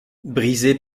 brisé